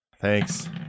Thanks